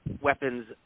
weapons